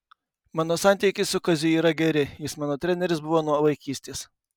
mano santykiai su kaziu yra geri jis mano treneris buvo nuo vaikystės